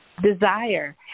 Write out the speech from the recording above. desire